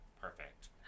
perfect